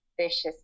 vicious